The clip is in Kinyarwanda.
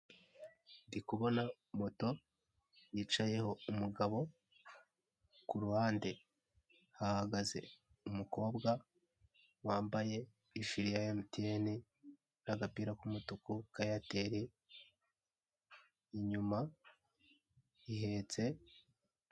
Ndi kubona moto, yicayeho umugabo, ku ruhande hahagaze umukobwa wambaye ijiri ya emutiyene n'agapira k'umutuku ka eyateli, inyuma ihetse.